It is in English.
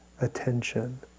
attention